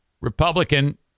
Republican